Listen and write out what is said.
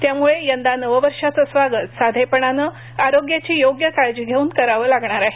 त्यामुळे यंदा नववर्षाचे स्वागत साधेपणानं आरोग्याची योग्य काळजी घेऊन करावं लागणार आहे